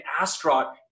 astronaut